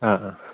ആ ആ